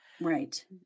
Right